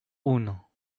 uno